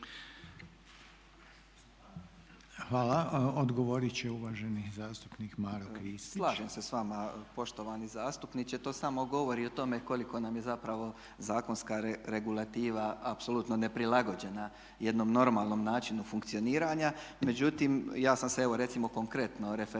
Hvala. Odgovorit će uvaženi zastupnik Maro Kristić. **Kristić, Maro (MOST)** Slažem se s vama poštovani zastupniče, to samo govori o tome koliko nam je zapravo zakonska regulativa apsolutno neprilagođena jednom normalnom načinu funkcioniranja. Međutim, ja sam se evo recimo konkretno referirao